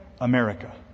America